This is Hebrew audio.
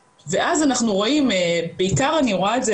ואז אנחנו רואים, בעיקר אני רואה את זה